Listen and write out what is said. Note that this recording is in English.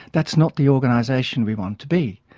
that's not the organisation we want to be.